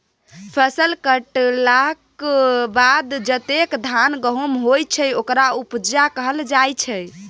फसल कटलाक बाद जतेक धान गहुम होइ छै ओकरा उपजा कहल जाइ छै